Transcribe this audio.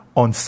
on